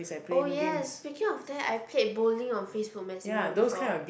oh yes speaking of that I played bowling on Facebook messenger before